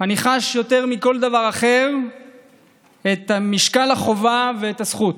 אני חש יותר מכל דבר אחר את משקל החובה ואת הזכות,